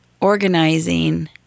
organizing